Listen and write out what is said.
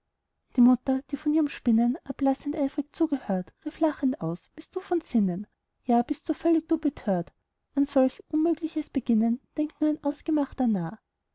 die mutter die von ihrem spinnen ablassend eifrig zugehört rief lachend aus bist du von sinnen ja bist so völlig du betört an solch unmögliches beginnen denkt nur ein ausgemachter narr